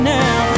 now